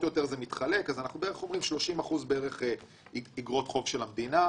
הייתם מתרשמים מהיכולות שלו.